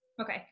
okay